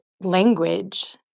language